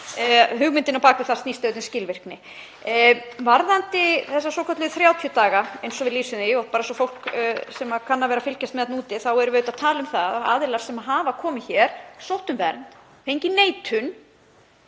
Hugmyndin á bak við það snýst auðvitað um skilvirkni. Varðandi þessa svokölluðu 30 daga, eins og við lýsum því, bara fyrir fólk sem kann að vera að fylgjast með þarna úti, þá erum við að tala um að aðilar sem hafa komið hér og sótt um vernd, fengið neitun,